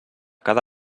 cada